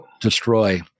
destroy